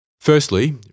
Firstly